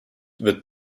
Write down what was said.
wird